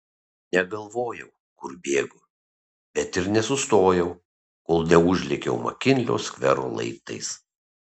negalvojau kur bėgu bet ir nesustojau kol neužlėkiau makinlio skvero laiptais